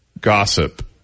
gossip